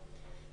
בנוכחותו.